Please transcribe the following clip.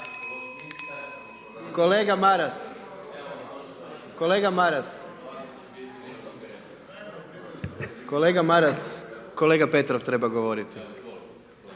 Kolega Maras, kolega Maras, kolega Petrov treba govoriti.